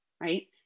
right